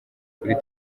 kuri